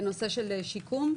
בנושא של שיקום,